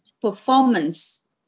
performance